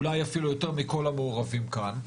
אולי אפילו יותר מכל המעורבים כאן,